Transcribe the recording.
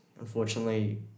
unfortunately